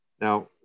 Now